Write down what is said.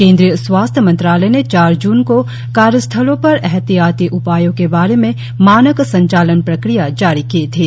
केंद्रीय स्वास्थ्य मंत्रालय ने चार जून को कार्यस्थलों पर एहतियाती उपायों के बारे में मानक संचालन प्रक्रिया जारी की थी